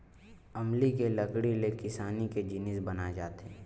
अमली के लकड़ी ले किसानी के जिनिस बनाए जाथे